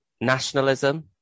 Nationalism